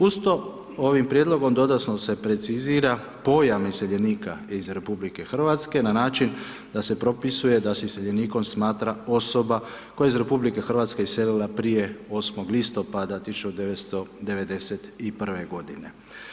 Uz to ovim prijedlogom dodatno se precizira pojam iseljenika iz RH na način da se propisuje da se iseljenikom smatra osoba koja je iz RH iselila prije 8. listopada 1991. godine.